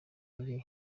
biri